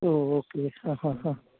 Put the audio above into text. ഓ okay ആഹാഹാ